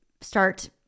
start